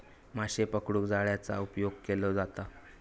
माशे पकडूक जाळ्याचा उपयोग केलो जाता